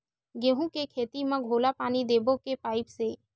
गेहूं के खेती म घोला पानी देबो के पाइप से?